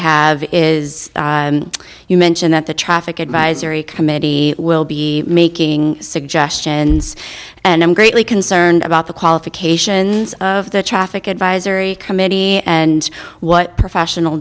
have is you mentioned that the traffic advisory committee will be making suggestions and i'm greatly concerned about the qualifications of the traffic advisory committee and what professional